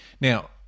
Now